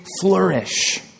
flourish